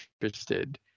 interested